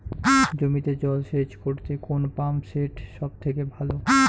জমিতে জল সেচ করতে কোন পাম্প সেট সব থেকে ভালো?